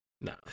No